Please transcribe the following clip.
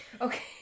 okay